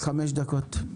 חמש דקות.